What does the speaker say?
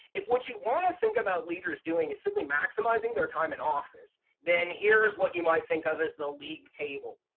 if what you want to think about leaders doing is simply maximizing their time in office, then here's what you might think of as the league table.